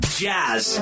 jazz